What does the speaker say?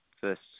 first